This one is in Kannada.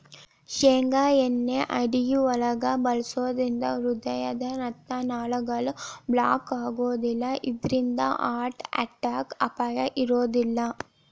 ಶೇಂಗಾ ಎಣ್ಣೆ ಅಡುಗಿಯೊಳಗ ಬಳಸೋದ್ರಿಂದ ಹೃದಯದ ರಕ್ತನಾಳಗಳು ಬ್ಲಾಕ್ ಆಗೋದಿಲ್ಲ ಇದ್ರಿಂದ ಹಾರ್ಟ್ ಅಟ್ಯಾಕ್ ಅಪಾಯ ಇರೋದಿಲ್ಲ